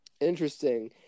Interesting